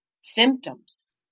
symptoms